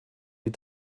die